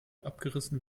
abgerissen